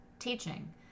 teaching